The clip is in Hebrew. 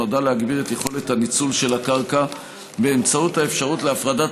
נועדה להגביר את יכולת הניצול של הקרקע באמצעות אפשרות להפרדת